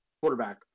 quarterback